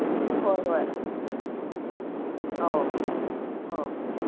ꯍꯣꯏ ꯍꯣꯏ ꯑꯧ ꯑꯧ